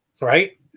right